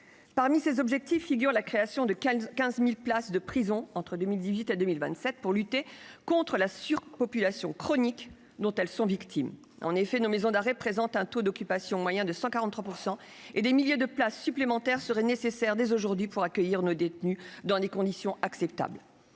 Parmi ces objectifs figure la création de 15 000 places de prisons entre 2018 et 2027, pour lutter contre la surpopulation chronique dans ces établissements. Nos maisons d'arrêt présentent un taux d'occupation moyen de 143 %. Des milliers de places supplémentaires seraient nécessaires dès aujourd'hui pour que nos détenus soient accueillis dans des conditions acceptables.